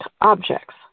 objects